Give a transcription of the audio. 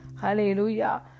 Hallelujah